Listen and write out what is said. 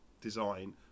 design